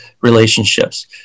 relationships